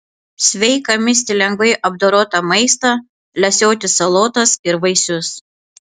sveika misti lengvai apdorotą maistą lesioti salotas ir vaisius